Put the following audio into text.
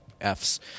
Fs